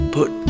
Put